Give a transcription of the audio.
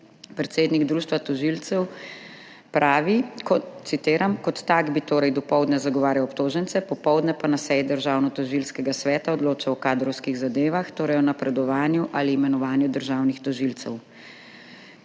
Predsednik Društva tožilcev pravi, citiram: »Kot tak bi torej dopoldne zagovarjal obtožence, popoldne pa na seji Državnotožilskega sveta odločal o kadrovskih zadevah, torej o napredovanju ali imenovanju državnih tožilcev.«